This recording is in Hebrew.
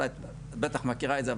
את בטח מכירה את זה,